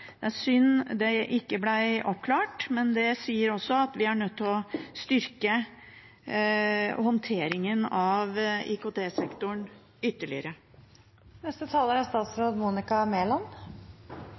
Det er synd det ikke ble oppklart, men det sier også at vi er nødt til å styrke håndteringen av